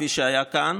כפי שהיה כאן.